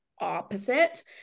opposite